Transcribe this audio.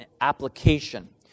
application